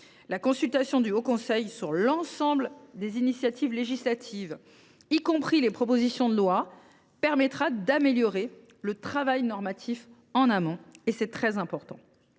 La consultation du haut conseil sur l’ensemble des initiatives législatives, y compris les propositions de loi, permettra d’améliorer le travail normatif en amont, ce qui est très important.